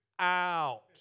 out